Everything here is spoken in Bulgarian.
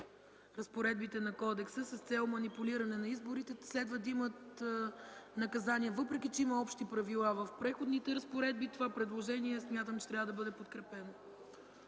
разпоредбите на Кодекса с цел манипулиране на изборите, следва да имат наказание. Въпреки че има общи правила в Преходните разпоредби, смятам, че това предложение трябва да бъде подкрепено.